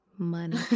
money